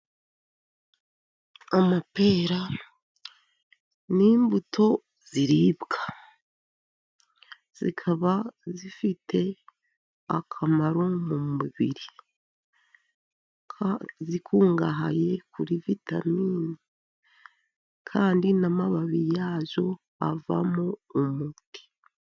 Amapera ni imbuto ziribwa, zikaba zifite akamaro mu mubiri zikungahaye kuri vitamini, kandi n'amababi yazo avamo umuti.